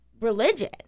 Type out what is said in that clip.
religion